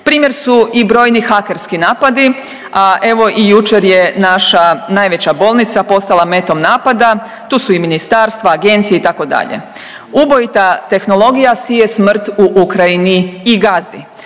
Primjer su i brojni hakerski napadi, a evo i jučer je naša najveća bolnica postala metom napada, tu su i ministarstva, agencije, itd., ubojita tehnologija sije smrt u Ukrajini i Gazi.